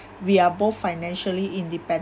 we are both financially independent